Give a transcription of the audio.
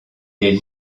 est